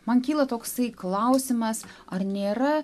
man kyla toksai klausimas ar nėra